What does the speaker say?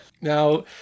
Now